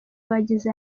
bagize